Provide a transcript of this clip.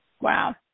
Wow